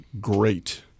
great